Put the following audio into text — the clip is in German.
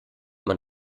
man